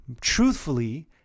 truthfully